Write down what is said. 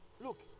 Look